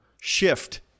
shift